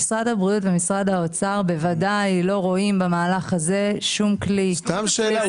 משרד הבריאות ומשרד האוצר ודאי לא רואים במהלך הזה שום כלי של סבסוד.